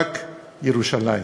רק ירושלים.